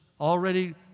already